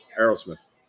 aerosmith